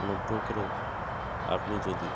অনুগ্রহ করে আপনি যদি